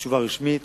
בתשובה רשמית